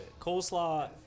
coleslaw